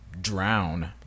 drown